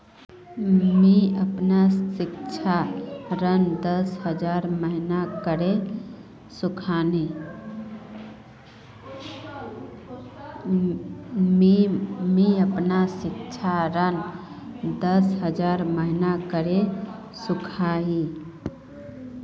मी अपना सिक्षा ऋण दस हज़ार महिना करे चुकाही